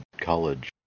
college